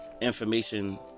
Information